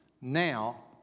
now